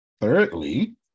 thirdly